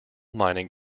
mining